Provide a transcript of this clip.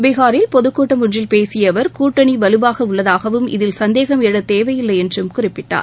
பீகாரில் பொதுக்கூட்டம் ஒன்றில் பேசியஅவர் கூட்டணிவலுவாகஉள்ளதாகவும் இதில் சந்தேகம் எழக் தேவையில்லைஎன்றும் குறிப்பிட்டார்